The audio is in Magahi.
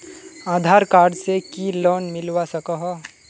आधार कार्ड से की लोन मिलवा सकोहो?